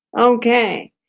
Okay